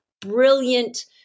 brilliant